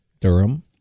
Durham